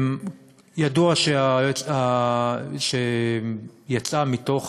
ידוע שיצאה מתוך